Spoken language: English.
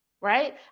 right